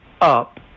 up